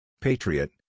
Patriot